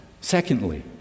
Secondly